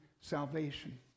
salvation